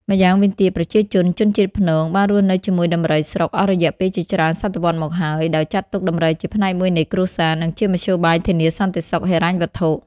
ម្យ៉ាងវិញទៀត ប្រជាជនជនជាតិភ្នងបានរស់នៅជាមួយដំរីស្រុកអស់រយៈពេលជាច្រើនសតវត្សមកហើយ ដោយចាត់ទុកដំរីជាផ្នែកមួយនៃគ្រួសារ និងជាមធ្យោបាយធានាសន្តិសុខហិរញ្ញវត្ថុ។